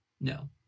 No